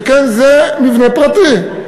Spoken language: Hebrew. שכן זה מבנה פרטי.